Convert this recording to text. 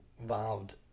involved